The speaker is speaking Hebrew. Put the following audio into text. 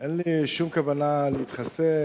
אין לי שום כוונה להתחסד,